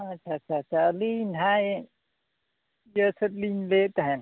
ᱟᱪᱪᱷᱟ ᱟᱪᱪᱷᱟ ᱟᱪᱪᱷᱟ ᱟᱹᱵᱤ ᱡᱟᱦᱟᱸᱭ ᱤᱭᱟᱹ ᱥᱮᱫ ᱞᱤᱧ ᱞᱟᱹᱭᱮᱫ ᱛᱟᱦᱮᱱ